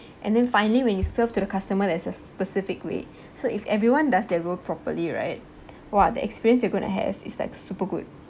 and then finally when you serve to the customer there's a specific weight so if everyone does their role properly right !wah! the experience you gonna have it's like super good